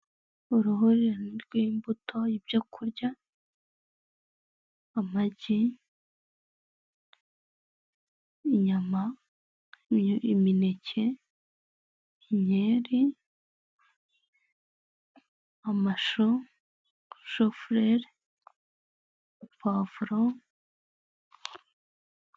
Uruhurirane rw’ imbuto, ibyokurya, amagi, inyama, imineke, inkeri, amashu, shufurere, povuro.